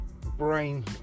brain